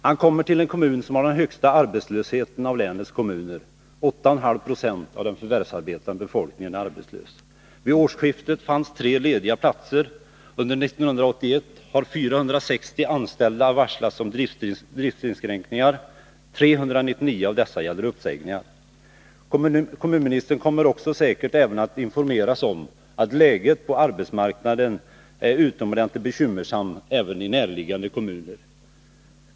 Han kommer till en kommun som har den högsta arbetslösheten av länets kommuner. 8,5 96 av den förvärvsarbetande befolkningen är arbetslös. Vid årsskiftet fanns tre lediga platser. Under 1981 har 460 anställda varslats om driftsinskränkningar. 399 av dessa gäller uppsägningar. Kommunministern kommer säkert också att informeras om att läget på arbetsmarknaden är utomordentligt bekymmersamt även i närliggande kommuner.